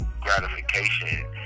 gratification